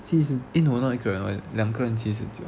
七十 eh no not 一个人两个人七十九